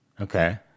Okay